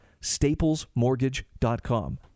staplesmortgage.com